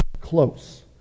close